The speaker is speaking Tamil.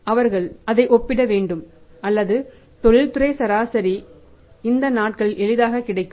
எனவே அவர்கள் அதை ஒப்பிட வேண்டும் அல்லது தொழில்துறை சராசரி இந்த நாட்களில் எளிதாக கிடைக்கும்